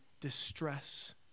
distress